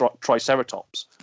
triceratops